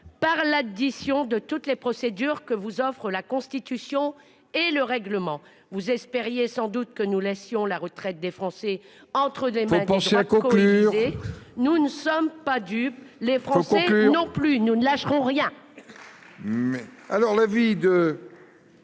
par l'addition de toutes les procédures que vous offrent la Constitution et le règlement du Sénat. Vous espériez sans doute que nous laisserions la retraite des Français entre les mains des droites coalisées. Nous ne sommes pas dupes, les Français non plus. Nous ne lâcherons rien